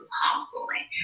homeschooling